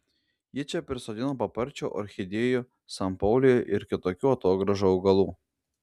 ji čia prisodino paparčių orchidėjų sanpaulijų ir kitokių atogrąžų augalų